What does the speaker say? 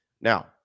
Now